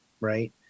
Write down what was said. right